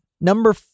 number